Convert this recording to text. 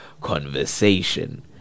conversation